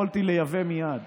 יכולתי לייבא מייד